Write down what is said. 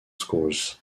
scores